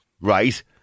Right